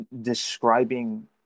describing